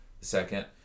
Second